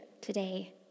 today